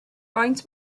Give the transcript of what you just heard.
faint